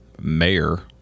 Mayor